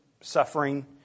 suffering